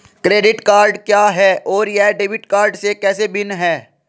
Credit card क्या है और यह डेबिट कार्ड से कैसे भिन्न है?